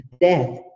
death